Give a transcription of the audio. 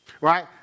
Right